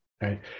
right